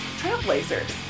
trailblazers